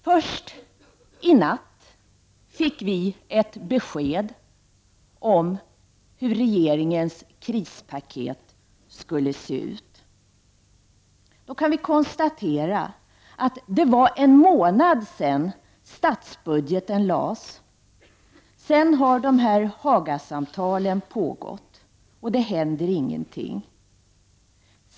Först i natt fick vi ett besked om hur regeringens krispaket skulle se ut. Då kan vi konstatera att det var en månad sedan statsbudgeten lades fram. Sedan har Hagasamtalen ägt rum, och det händer ingenting.